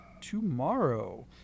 tomorrow